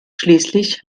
schließlich